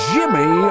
Jimmy